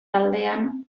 taldean